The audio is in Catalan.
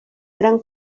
gran